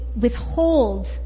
withhold